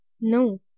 No